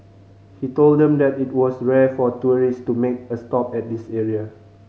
he told them that it was rare for tourists to make a stop at this area